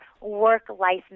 work-life